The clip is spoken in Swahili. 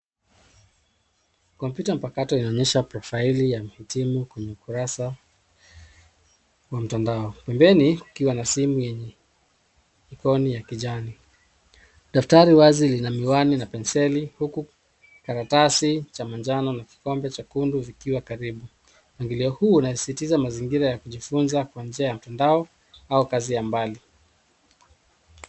Kompyuta mpakato inaonyesha profaili ya kuhitimu kwenye ukurasa wa mtandao. Pembeni kukiwa na simu yenye ikoni ya kijani. Daftari wazi lina miwani na penseli huku karatasi cha majano na kikombe chekundu vikiwa karibu mpangilio huu unasisitiza mazingira ya kujifunza kwa njia ya mtandao au kazi ya mbali.